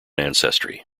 ancestry